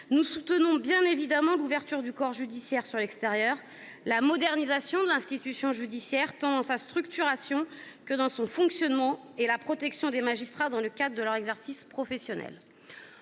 nous soutenons bien évidemment l'ouverture du corps judiciaire sur l'extérieur, la modernisation de l'institution judiciaire, tant dans sa structuration que dans son fonctionnement, et la protection des magistrats dans le cadre de leur exercice professionnel.